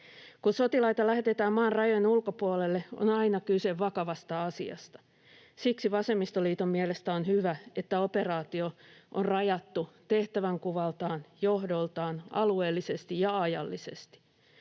Kun sotilaita lähetetään maan rajojen ulkopuolelle, on aina kyse vakavasta asiasta. Siksi vasemmistoliiton mielestä on hyvä, että operaatio on rajattu tehtävänkuvaltaan ja johdoltaan alueellisesti ja ajallisesti.